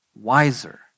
wiser